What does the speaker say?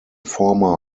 former